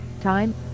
Time